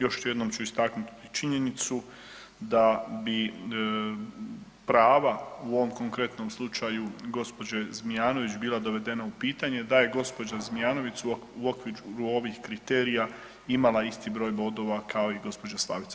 Još ću jednom ću istaknut činjenicu da bi prava u ovom konkretnom slučaju gđe. Zmijanović bila dovedena u pitanje da je gđa. Zmijanović u okviru ovih kriterija imala isti broj bodova kao i gđa. Slavica.